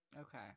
Okay